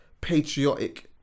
patriotic